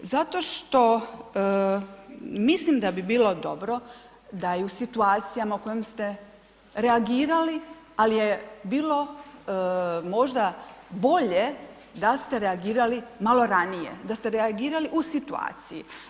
Zato što mislim da bi bilo dobro da je u situacijama u kojem ste reagirali, al je bilo možda bolje da ste reagirali malo ranije, da ste reagirali u situaciji.